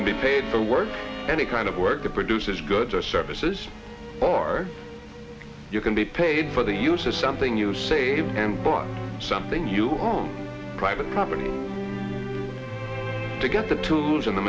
can be paid for work any kind of work that produces goods or services or you can be paid for the use of something you save and bought something you home private property to get the tools in the